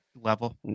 level